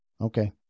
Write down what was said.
Okay